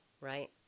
right